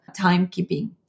timekeeping